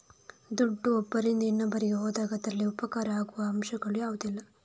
ದುಡ್ಡು ಒಬ್ಬರಿಂದ ಇನ್ನೊಬ್ಬರಿಗೆ ಹೋದಾಗ ಅದರಲ್ಲಿ ಉಪಕಾರ ಆಗುವ ಅಂಶಗಳು ಯಾವುದೆಲ್ಲ?